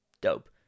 Dope